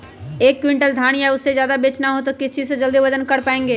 एक क्विंटल धान या उससे ज्यादा बेचना हो तो किस चीज से जल्दी वजन कर पायेंगे?